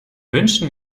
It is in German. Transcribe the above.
wünschen